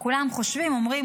הם כולם חושבים ואומרים,